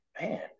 Man